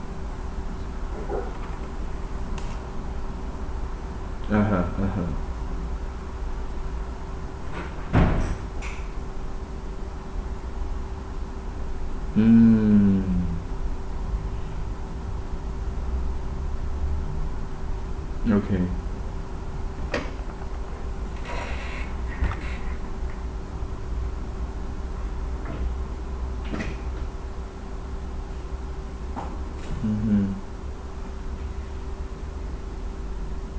(uh huh) (uh huh) mm okay mmhmm